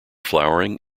flowering